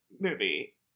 movie